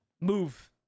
move